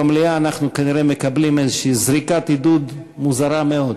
במליאה אנחנו כנראה מקבלים איזושהי זריקת עידוד מוזרה מאוד.